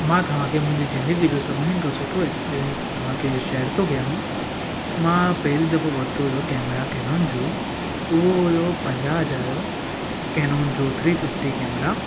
मां तव्हांखे मुंहिंजी ज़िंदगी जो सभिनीनि खां सुठो एक्स्पीरियंस तव्हांखे शेअर थो कियांव मां पहरियों दफो वरितो हुयो कैमरा कैनन जो उहो हुयो पंजाह हजार जो कैनन जो थ्री फिफ्टी कैमरा